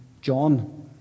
John